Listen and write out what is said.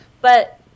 but-